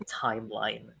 timeline